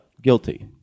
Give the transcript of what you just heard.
guilty